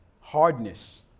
hardness